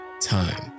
time